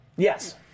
Yes